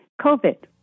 COVID